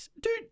Dude